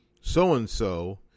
So-and-so